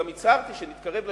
גם הצהרתי שכשנתקרב ל-60%,